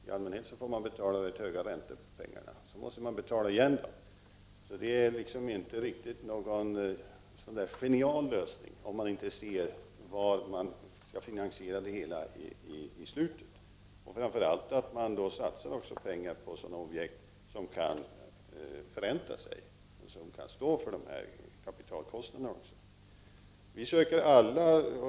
I allmänhet måste man dock betala mycket höga räntor på pengarna, och sedan skall man betala igen dem. Det är ingen riktigt genial lösning om man inte ser hur man skall finansiera det hela i slutändan. Man måste framför allt satsa pengarna på sådana objekt som kan förränta sig och som kan stå för kapitalkostnaderna.